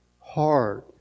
hard